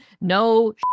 No